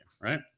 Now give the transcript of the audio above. right